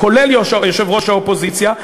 כולל יושב-ראש האופוזיציה,